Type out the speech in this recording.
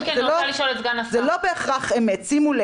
לא בגלל שאנחנו לא יכולים לשים גם